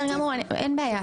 בסדר גמור, אין בעיה.